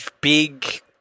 Big